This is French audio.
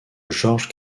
georges